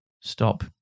stop